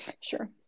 Sure